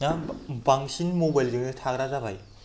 दा बांसिन मबाइलजोंनो थाग्रा जाबाय